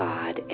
God